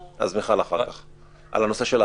אז מיכל, אחריך, על הנושא של העבדות.